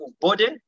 body